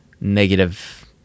negative